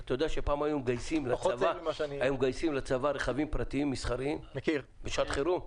אתה יודע שפעם היו מגייסים לצבא רכבים פרטיים מסחריים בשעת חירום?